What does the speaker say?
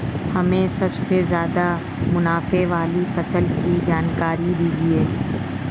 हमें सबसे ज़्यादा मुनाफे वाली फसल की जानकारी दीजिए